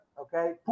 Okay